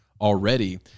already